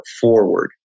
forward